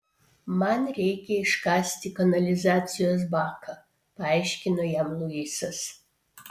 man reikia iškasti kanalizacijos baką paaiškino jam luisas